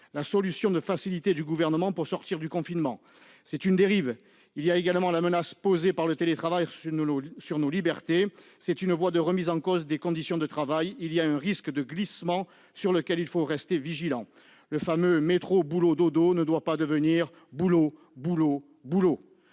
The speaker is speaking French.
une solution de facilité pour sortir du confinement. C'est une dérive. Il y a également la menace que fait peser le télétravail sur nos libertés, par la remise en cause des conditions de travail. Il y a un risque de glissement, sur lequel il faut rester vigilant. Le fameux « métro-boulot-dodo » ne doit pas devenir « boulot-boulot-boulot